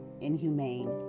Inhumane